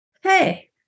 Hey